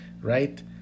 right